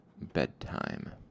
Bedtime